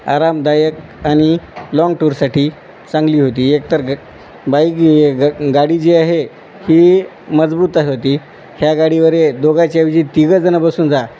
आरामदायक आणि लाँग टूरसाठी चांगली होती एकतर ग बाईक ग गाडी जी आहे ही मजबूत आहे होती ह्या गाडीवरे दोघाच्या ऐवजी तिघजण बसून जा